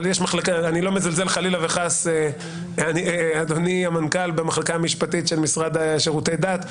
אני לא מזלזל חלילה וחס במחלקה המשפטית של המשרד לשירותי דת,